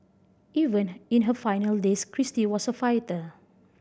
even in her final days Kristie was a fighter